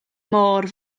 môr